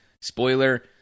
spoiler